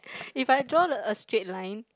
if I draw a straight line